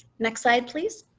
next slide, please.